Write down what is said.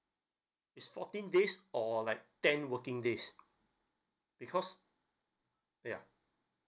it's fourteen days or like ten working days because ya